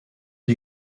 die